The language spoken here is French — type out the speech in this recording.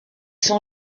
sont